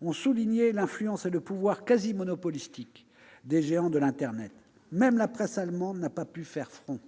ont mis en évidence l'influence et le pouvoir quasi monopolistique des géants de l'internet. Même la presse allemande n'a pu faire front.